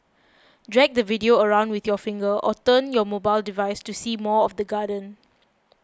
drag the video around with your finger or turn your mobile device to see more of the garden